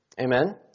Amen